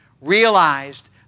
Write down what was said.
realized